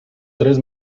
tres